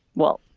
well,